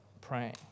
praying